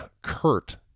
Kurt